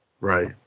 Right